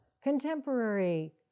contemporary